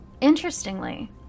Interestingly